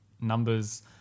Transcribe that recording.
numbers